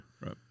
right